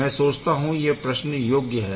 मैं सोचता हूँ यह प्रश्न योग्य है